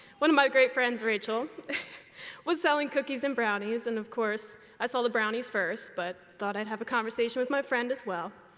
one of my great friends rachel was selling cookies and brownies, and of course i saw the brownies first but thought i'd have a conversation with my friend as well.